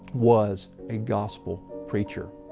was a gospel preacher.